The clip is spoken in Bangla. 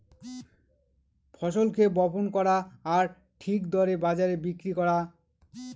ফসলকে বপন করা আর ঠিক দরে বাজারে বিক্রি করা